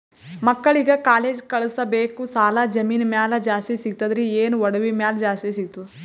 ಮಕ್ಕಳಿಗ ಕಾಲೇಜ್ ಕಳಸಬೇಕು, ಸಾಲ ಜಮೀನ ಮ್ಯಾಲ ಜಾಸ್ತಿ ಸಿಗ್ತದ್ರಿ, ಏನ ಒಡವಿ ಮ್ಯಾಲ ಜಾಸ್ತಿ ಸಿಗತದ?